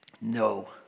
No